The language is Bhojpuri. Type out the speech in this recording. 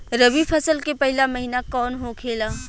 रबी फसल के पहिला महिना कौन होखे ला?